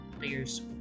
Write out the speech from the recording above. players